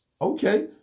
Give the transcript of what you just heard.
Okay